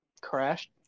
crashed